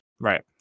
Right